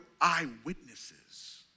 eyewitnesses